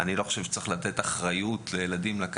אני לא חושב שצריך לתת לילדים בגיל כזה